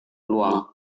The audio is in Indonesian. luang